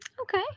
Okay